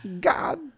God